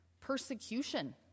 persecution